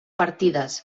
partides